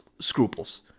scruples